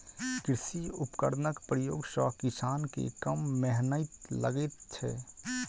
कृषि उपकरणक प्रयोग सॅ किसान के कम मेहनैत लगैत छै